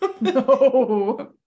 no